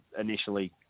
initially